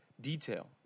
detail